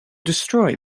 destroy